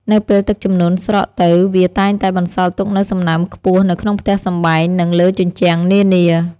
នៅពេលទឹកជំនន់ស្រកទៅវាតែងតែបន្សល់ទុកនូវសំណើមខ្ពស់នៅក្នុងផ្ទះសម្បែង និងលើជញ្ជាំងនានា។